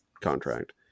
contract